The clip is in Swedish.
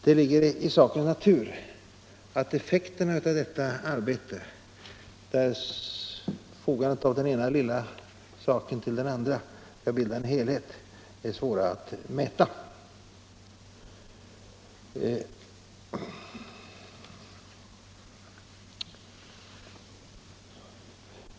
Det ligger i sakens natur att effekterna av detta arbete, där fogandet av den ena lilla biten till den andra skall skapa en helhet, är svåra att mäta.